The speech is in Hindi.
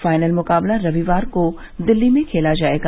फाइनल मुकाबला रविवार को दिल्ली में खेला जाएगा